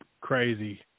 crazy